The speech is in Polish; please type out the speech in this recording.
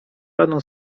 żadną